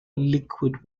liquid